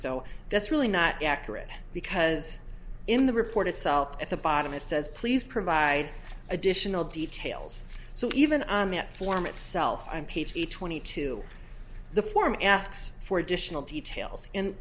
so that's really not accurate because in the report itself at the bottom it says please provide additional details so even on metformin itself m p t twenty two the form asks for additional details and